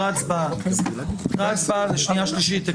אחרי ההצבעה בשנייה שלישית.